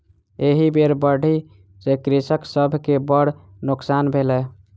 एहि बेर बाढ़ि सॅ कृषक सभ के बड़ नोकसान भेलै